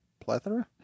plethora